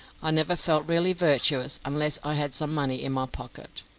i never felt really virtuous unless i had some money in my pocket.